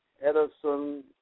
Edison